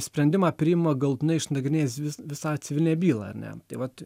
sprendimą priima galutinai išnagrinėjęs vis visą civilinę bylą ar ne tai vat